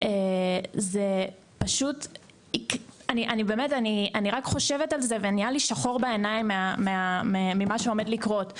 אני רק חושבת על זה ונהיה לי שחור בעיניים ממה שעומד לקרות,